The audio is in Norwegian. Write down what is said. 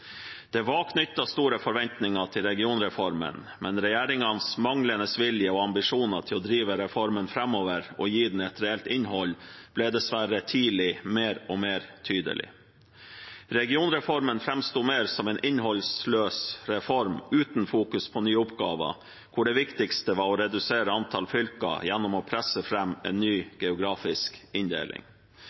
Det var knyttet store forventninger til regionreformen, men regjeringens manglende vilje til og ambisjoner om å drive reformen framover og å gi den et reelt innhold ble dessverre tidlig mer og mer tydelig. Regionreformen framsto mer som en innholdsløs reform, uten fokusering på nye oppgaver, hvor det viktigste var å redusere antall fylker gjennom å presse fram en ny geografisk inndeling.